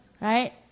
Right